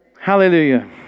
hallelujah